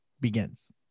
begins